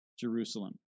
Jerusalem